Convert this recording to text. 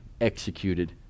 executed